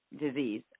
disease